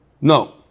No